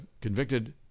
convicted